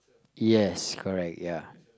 yes correct ya